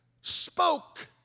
spoke